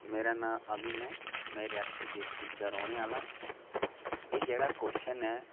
मेरा नांऽ अभिनय ऐ में रियासी डिस्टिक दा रौंह्नें आह्ला आं एह् जेह्ड़ा कोशन ऐ